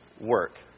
work